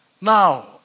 Now